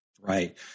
right